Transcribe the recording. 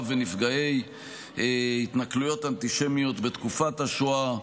ונפגעי התנכלויות אנטישמיות בתקופת השואה.